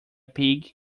pig